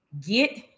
get